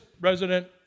resident